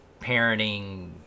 parenting